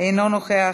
אינו נוכח,